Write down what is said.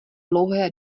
dlouhé